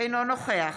אינו נוכח